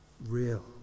real